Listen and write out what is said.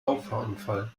auffahrunfall